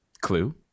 clue